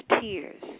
tears